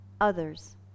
others